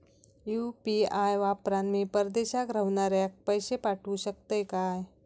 UPI वापरान मी परदेशाक रव्हनाऱ्याक पैशे पाठवु शकतय काय?